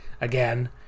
again